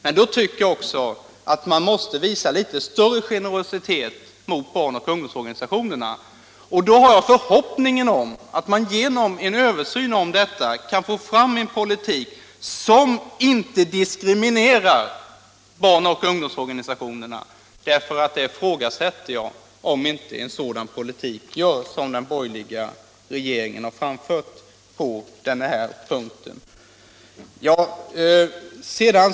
Men då tycker jag också att man måste visa litet större generositet mot barn och ungdomsorganisationerna. Jag hoppas att man genom en översyn av de här frågorna kan få fram en politik som inte diskriminerar barn och ungdomsorganisationerna. Jag ifrågasätter nämligen om inte en sådan politik som den borgerliga regeringen fört på den här punkten gör det.